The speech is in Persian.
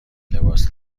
لباس